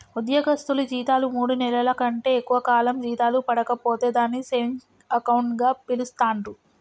ఉద్యోగస్తులు జీతాలు మూడు నెలల కంటే ఎక్కువ కాలం జీతాలు పడక పోతే దాన్ని సేవింగ్ అకౌంట్ గా పిలుస్తాండ్రు